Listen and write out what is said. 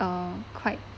uh quite